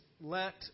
let